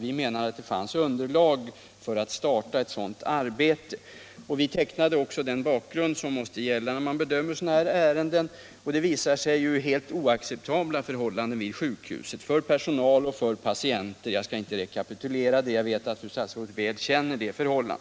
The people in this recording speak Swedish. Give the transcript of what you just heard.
Vi menade att det fanns underlag för att starta ett sådant arbete, och vi tecknade också den bakgrund som måste finnas med när det gäller att bedöma sådana här ärenden. Det visade sig föreligga helt oacceptabla förhållanden vid sjukhuset både för personal och för patienter. Jag skall inte rekapitulera det eftersom jag vet att fru statsrådet väl känner till förhållandena.